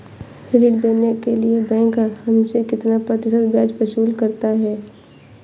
ऋण देने के लिए बैंक हमसे कितना प्रतिशत ब्याज वसूल करता है?